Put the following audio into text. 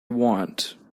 want